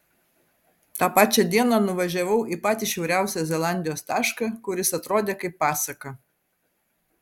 tą pačią dieną nuvažiavau į patį šiauriausią zelandijos tašką kuris atrodė kaip pasaka